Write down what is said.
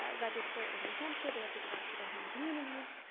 ah register in new hampshire. they have to go back to their home communities.